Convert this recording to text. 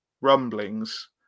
rumblings